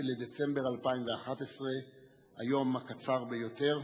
2011 למניינם, היום הקצר ביותר